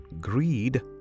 greed